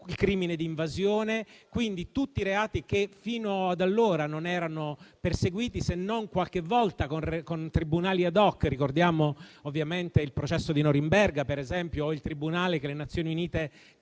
il crimine di invasione: tutti reati che fino ad allora non erano perseguiti, se non qualche volta con tribunali *ad hoc*. Ricordiamo ovviamente il processo di Norimberga, o il tribunale che le Nazioni Unite